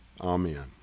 Amen